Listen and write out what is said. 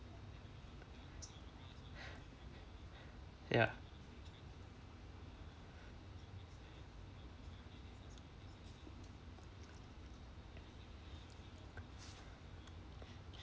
ya